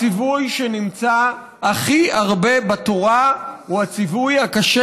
הציווי שנמצא הכי הרבה בתורה הוא הציווי הקשה